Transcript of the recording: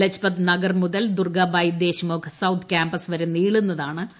ലജ്പത്നഗർ മുതൽ Durgabai Deshmukh south campus വരെ നീളുന്നതാണ് പുതിയ പാത